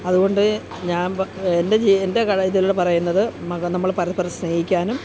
അതുകൊണ്ട് ഞാൻ പ എൻ്റെ ജീ എൻ്റെ കഥ ഇതിലാണ് പറയുന്നത് മക നമ്മൾ പരസ്പരം സ്നേഹിക്കാനും